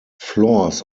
floors